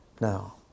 now